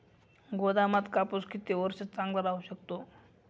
गोदामात कापूस किती वर्ष चांगला राहू शकतो?